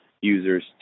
users